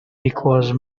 because